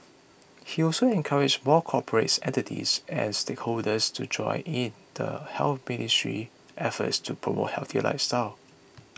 he also encouraged more corporate entities and stakeholders to join in the Health Ministry's efforts to promote healthier lifestyles